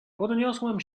podniosłem